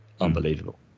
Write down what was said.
unbelievable